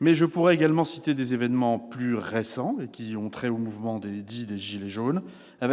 loi. Je pourrais également citer des événements plus récents, qui ont trait au mouvement dit des « gilets jaunes »: